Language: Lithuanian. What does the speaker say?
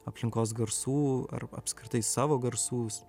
aplinkos garsų ar apskritai savo garsų s